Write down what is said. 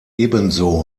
ebenso